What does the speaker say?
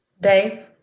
Dave